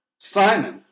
Simon